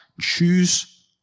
choose